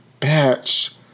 Bitch